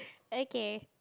okay